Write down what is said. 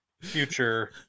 future